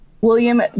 William